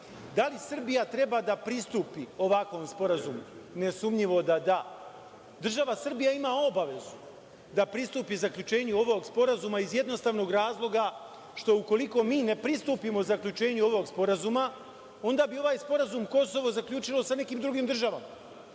da li Srbija treba da pristupi ovakvom sporazumu? Nesumnjivo da da. Država Srbija ima obavezu da pristupi zaključenju ovog sporazuma iz jednostavnog razloga, što ukoliko mi ne pristupimo zaključenju ovog sporazuma, onda bi ovaj sporazum Kosovo zaključilo sa nekim drugim državama.